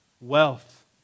Wealth